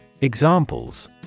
Examples